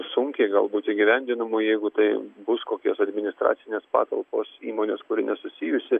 sunkiai galbūt įgyvendinamų jeigu tai bus kokios administracinės patalpos įmonės kuri nesusijusi